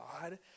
God